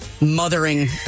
mothering